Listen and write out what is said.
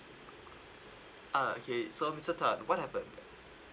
uh okay so mister tan what happened